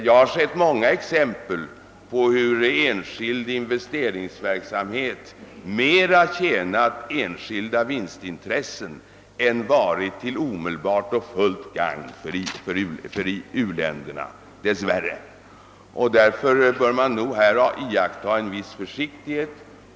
Jag har sett många exempel på hur enskild investeringsverksamhet dess värre mera tjänat enskilda vinstintressen än varit till omedelbart och fullt gagn för u-länderna. Man bör nog därför iaktta en viss försiktighet här.